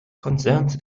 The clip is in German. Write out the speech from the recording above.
konzerns